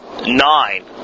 Nine